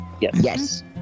Yes